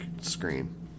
screen